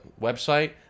website